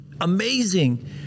Amazing